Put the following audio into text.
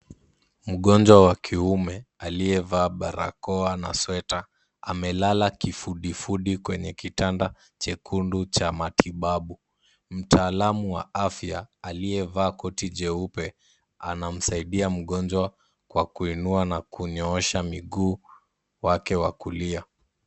Mgonjwa wa kiume aliyevaa barakoa na sweta amelala kifudifudi kwenye kitanda chekundu cha matibabu. Mtaalamu wa afya aliyevaa koti jeupe anamsaidia mgonjwa kwa kuinua na kunyoosha miguu wake wa kulia.